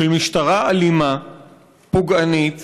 של משטרה אלימה ופוגענית